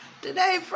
Today